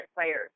players